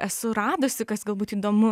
esu radusi kas galbūt įdomu